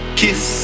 kiss